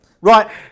Right